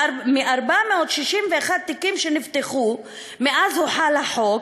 מ-461 תיקים שנפתחו מאז הוחל החוק,